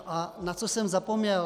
A na co jsem zapomněl?